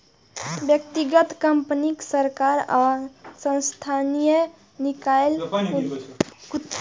व्यक्तिगत, कंपनी, सरकार आ स्थानीय निकाय उधारकर्ता के प्रकार छियै